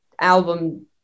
album